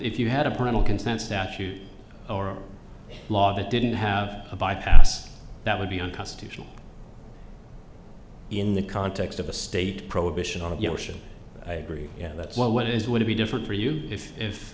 if you had a parental consent statute or a law that didn't have a bypass that would be unconstitutional in the context of a state prohibition on the ocean i agree that what is would be different for you if if